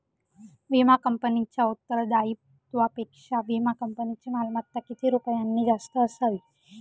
विमा कंपनीच्या उत्तरदायित्वापेक्षा विमा कंपनीची मालमत्ता किती रुपयांनी जास्त असावी?